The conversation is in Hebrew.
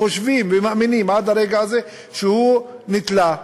חושבים ומאמינים עד הרגע הזה שהוא נתלה,